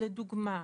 אני אתן דוגמה.